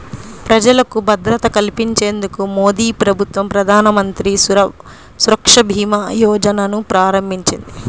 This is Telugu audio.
ప్రజలకు భద్రత కల్పించేందుకు మోదీప్రభుత్వం ప్రధానమంత్రి సురక్షభీమాయోజనను ప్రారంభించింది